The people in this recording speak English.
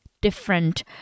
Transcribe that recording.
different